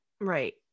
Right